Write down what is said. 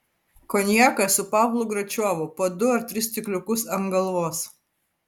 konjaką su pavlu gračiovu po du ar tris stikliukus ant galvos